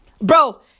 Bro